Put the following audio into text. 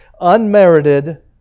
Unmerited